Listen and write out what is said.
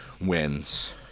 wins